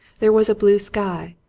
there was a blue sky,